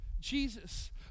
Jesus